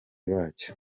bacyo